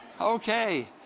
Okay